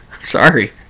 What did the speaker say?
Sorry